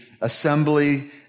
assembly